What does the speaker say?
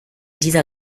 dieser